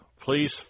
Please